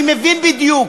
אני מבין בדיוק,